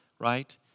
right